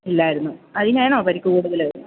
ഇല്ലായിരുന്നു അതിനാണോ പരിക്ക് കൂടുതൽ